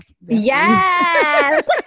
yes